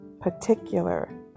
particular